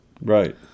Right